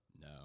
No